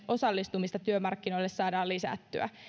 osallistumista työmarkkinoille saadaan lisättyä